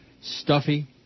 stuffy